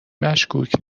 مشکوک